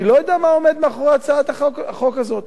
אני לא יודע מה עומד מאחורי הצעת החוק הזאת.